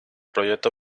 proyecto